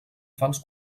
fals